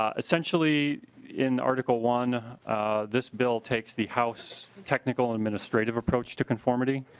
um essentially in article one this bill takes the house technical administrative approach to conformity.